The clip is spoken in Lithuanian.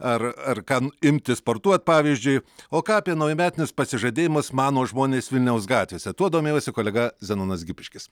ar ar kam imti sportuot pavyzdžiui o ką apie naujametinius pasižadėjimus mano žmonės vilniaus gatvėse tuo domėjosi kolega zenonas gipiškis